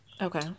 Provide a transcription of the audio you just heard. Okay